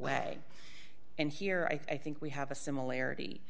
way and here i think we have a similarity